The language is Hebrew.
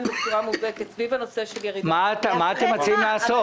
בצורה מובהקת סביב הנושא של ירידה --- מה אתם מציעים לעשות?